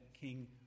King